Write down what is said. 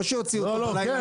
לא שיוציאו אותו- -- כן,